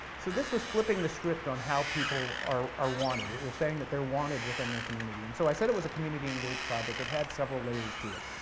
so this was flipping the script on how people are are wanted. it was saying they're wanted within their community. and so i said it was a community engaged project, it had several layers to it.